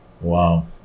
Wow